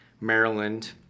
Maryland